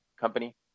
company